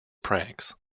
pranks